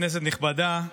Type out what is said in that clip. כנסת נכבדה,